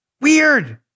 Weird